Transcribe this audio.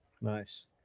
Nice